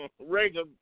Reagan